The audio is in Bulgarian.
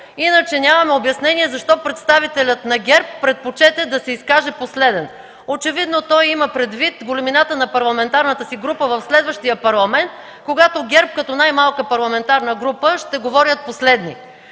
Иначе нямаме обяснение защо представителят на ГЕРБ предпочете да се изкаже последен. Очевидно той има предвид големината на парламентарната си група в следващия Парламент, когато ГЕРБ като най-малка парламентарна група ще говорят последни.